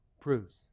proves